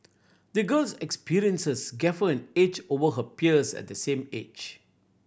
the girl's experiences gave her an edge over her peers at the same age